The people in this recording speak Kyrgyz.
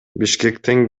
бишкектен